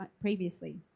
previously